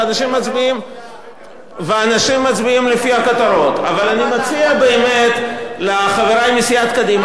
אבל זה לא החוק להשתת אגרת רשות